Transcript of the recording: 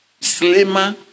slimmer